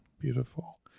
beautiful